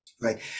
Right